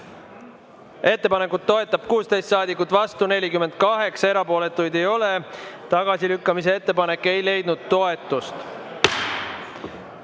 Ettepanekut toetab 16 saadikut, vastu on 48, erapooletuid ei ole. Tagasilükkamise ettepanek ei leidnud